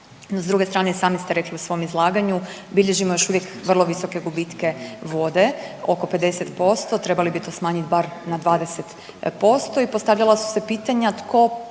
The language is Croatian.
S druge strane i sami ste rekli u svom izlaganju, bilježimo još uvijek vrlo visoke gubitke vode, oko 50%, trebali bi to smanjiti bar na 20% i postavljala su se pitanja tko plaća